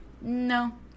No